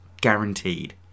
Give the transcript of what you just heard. guaranteed